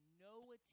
no